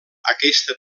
aquesta